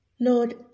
Lord